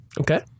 okay